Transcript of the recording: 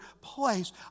place